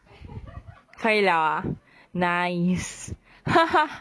可以了 ah nice haha